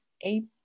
eight